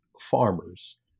farmers